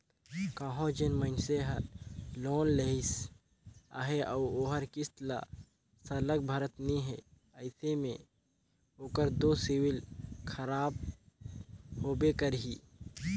कहों जेन मइनसे हर लोन लेहिस अहे अउ ओहर किस्त ल सरलग भरत नी हे अइसे में ओकर दो सिविल खराब होबे करही